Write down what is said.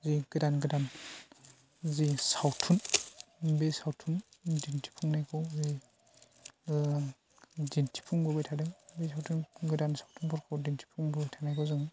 जि गोदान गोदान जि सावथुन बे सावथुन दिनथिफुंनायखौ जों ओ दिनथिफुंबोबाय थादों बे सावथुन गोदान सावथुनफोरखौ दिनथि फुंबोबाय थानायखौ जों